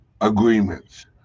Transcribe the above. agreements